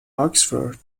oxford